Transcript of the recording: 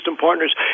partners